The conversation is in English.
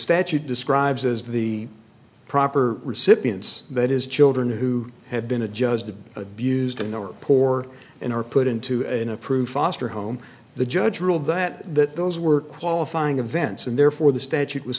statute describes as the proper recipients that is children who have been adjudged to be abused and or poor and are put into an approved foster home the judge ruled that that those were qualifying events and therefore the statute was